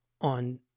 on